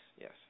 yes